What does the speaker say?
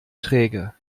träge